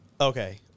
okay